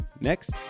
Next